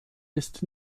ist